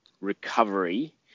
recovery